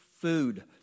food